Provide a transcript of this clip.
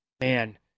man